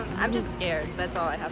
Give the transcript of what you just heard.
i'm just scared. that's